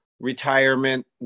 retirement